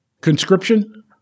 Conscription